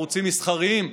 ערוצים מסחריים,